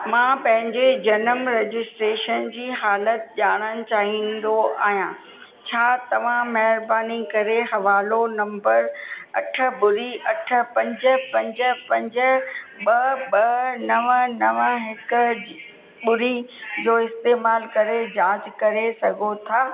मां पंहिंजे जनम रजिस्ट्रेशन जी हालति ॼाणणु चाहिंदो आहियां छा तव्हां महिरबानी करे हवालो नंबर अठ ॿुड़ी अठ पंज पंज पंज ॿ ॿ नव नव हिक ॿुड़ी जो इस्तेमाल करे जांच करे सघो था